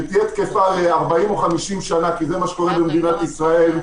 שתהיה תקפה ל-40 או 50 שנה כי זה מה שקורה במדינת ישראל,